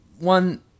one